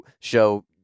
show